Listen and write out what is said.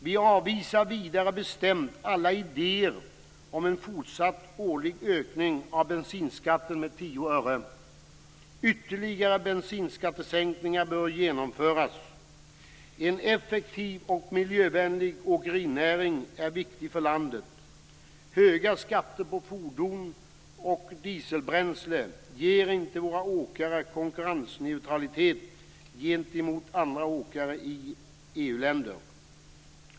Vi avvisar vidare bestämt alla idéer om en fortsatt årlig ökning av bensinskatten med En effektiv och miljövänlig åkerinäring är viktig för landet. Höga skatter på fordon och dieselbränsle ger inte våra åkare konkurrensneutralitet gentemot andra åkare i EU-länder.